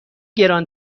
گران